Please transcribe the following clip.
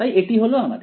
তাই এটি হলো আমাদের